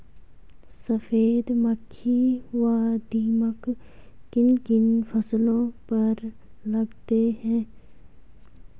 सफेद मक्खी व दीमक किन किन फसलों पर लगते हैं?